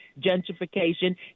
gentrification